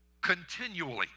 continually